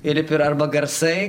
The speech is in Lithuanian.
įlipi ir arba garsai